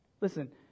Listen